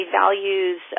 values